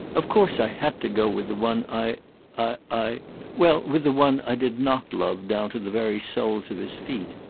of course i had to go with the one i i i well with the one i did not love down to the very soles of his feet.